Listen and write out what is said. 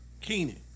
Keenan